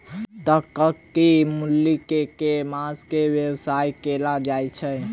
कत्की मूली केँ के मास मे बोवाई कैल जाएँ छैय?